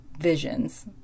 visions